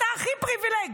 אתה הכי פריבילג.